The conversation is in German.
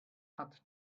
hat